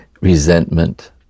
resentment